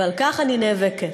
ועל כך אני נאבקת.